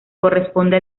corresponde